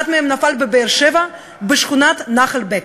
אחד מהם נפל בבאר-שבע, בשכונת נחל-בקע,